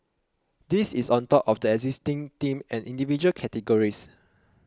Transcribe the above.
this is on top of the existing Team and Individual categories